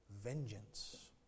vengeance